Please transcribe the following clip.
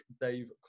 Dave